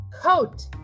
Coat